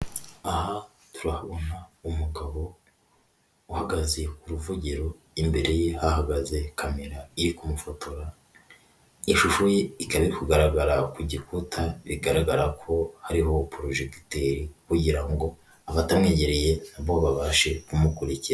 Aha turahabona umugabo uhagaze ku ruvugiro imbere ye hahagaze kamera iri kumufotora, ishusho ye ikaba iri kugaragara ku gikuta bigaragara ko hariho porojegiteri kugira ngo abatamwegereye na bo babashe kumukurikira.